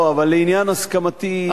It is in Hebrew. לא, אבל לעניין הסכמתי.